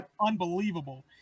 unbelievable